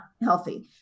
healthy